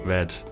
Red